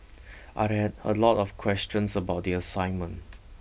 I had a lot of questions about the assignment